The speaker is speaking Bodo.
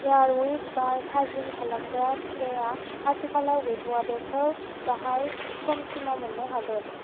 एयारविक बार थाजिम खालामग्रा स्प्रेआ आथिखालाव गैथ'आ बेखौ दाहाय समसिमाव मोननो हागोन